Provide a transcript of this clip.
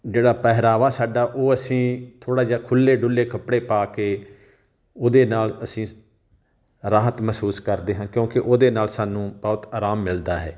ਜਿਹੜਾ ਪਹਿਰਾਵਾ ਸਾਡਾ ਉਹ ਅਸੀਂ ਥੋੜ੍ਹਾ ਜਿਹਾ ਖੁੱਲ੍ਹੇ ਡੁੱਲੇ ਕੱਪੜੇ ਪਾ ਕੇ ਉਹਦੇ ਨਾਲ ਅਸੀਂ ਰਾਹਤ ਮਹਿਸੂਸ ਕਰਦੇ ਹਾਂ ਕਿਉਂਕਿ ਉਹਦੇ ਨਾਲ ਸਾਨੂੰ ਬਹੁਤ ਆਰਾਮ ਮਿਲਦਾ ਹੈ